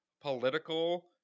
political